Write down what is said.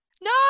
No